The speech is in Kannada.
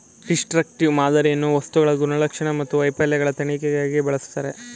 ಡಿಸ್ಟ್ರಕ್ಟಿವ್ ಮಾದರಿಯನ್ನು ವಸ್ತುಗಳ ಗುಣಲಕ್ಷಣ ಮತ್ತು ವೈಫಲ್ಯಗಳ ತನಿಖೆಗಾಗಿ ಬಳಸ್ತರೆ